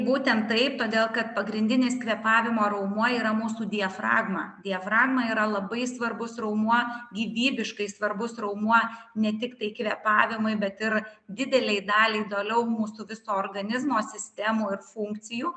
būtent taip todėl kad pagrindinis kvėpavimo raumuo yra mūsų diafragma diafragma yra labai svarbus raumuo gyvybiškai svarbus raumuo ne tiktai kvėpavimui bet ir didelei daliai toliau mūsų viso organizmo sistemų ir funkcijų